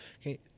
okay